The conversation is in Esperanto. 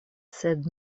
sed